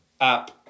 app